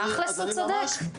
תכל'ס הוא צודק.